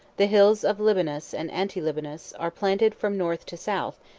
the hills of libanus and anti-libanus are planted from north to south,